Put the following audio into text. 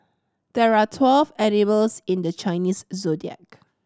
there are twelve animals in the Chinese Zodiac